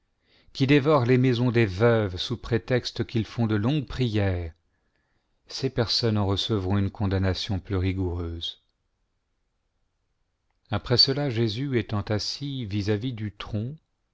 qui dévorent les maisons des veuves sous prétexte qu'ils font de longues prières ces personnes en recevront une condamnation plus rigoureuse après cela jésus étant assis vis-à-vis du